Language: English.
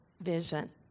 vision